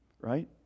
right